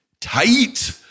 tight